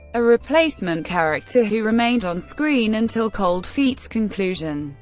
a replacement character who remained on screen until cold feets conclusion.